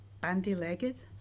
bandy-legged